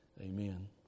amen